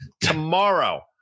Tomorrow